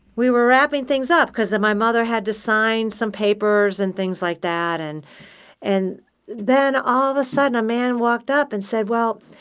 we were wrapping things up because my mother had to sign some papers and things like that. and and then all of a sudden, a man walked up and said, well,